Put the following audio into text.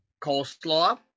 coleslaw